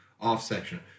off-section